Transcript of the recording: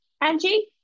Angie